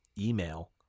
email